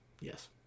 Yes